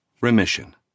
remission